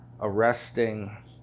arresting